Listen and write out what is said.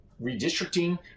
redistricting